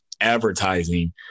advertising